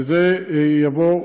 וזה יבוא,